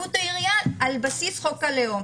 התנהגות העירייה על בסיס חוק הלאום.